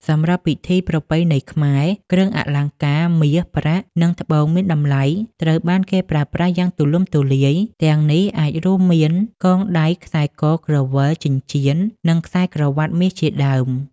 សម្រាប់ពិធីប្រពៃណីខ្មែរ គ្រឿងអលង្ការ មាស ប្រាក់ និង ត្បូងមានតម្លៃ ត្រូវបានគេប្រើប្រាស់យ៉ាងទូលំទូលាយ ទាំងនេះអាចរួមមាន កងដៃ ខ្សែក ក្រវិល ចិញ្ចៀន និងខ្សែក្រវាត់មាសជាដើម ។